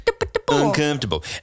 Uncomfortable